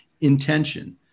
Intention